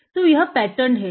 तो यह पैटर्नड है